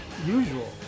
usual